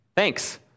Thanks